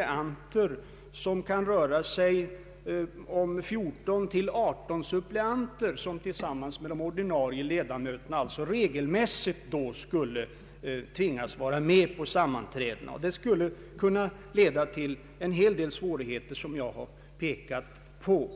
att det kan röra sig om 14—18 suppleanter som tillsammans med de ordinarie ledamöterna regelmässigt skulle tvingas vara med på sammanträdena. Det skulle kunna leda till en hel del svårigheter som jag har pekat på.